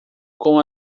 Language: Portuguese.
com